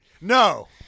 No